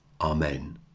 Amen